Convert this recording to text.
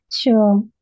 Sure